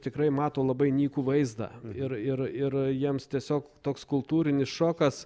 tikrai mato labai nykų vaizdą ir ir ir jiems tiesiog toks kultūrinis šokas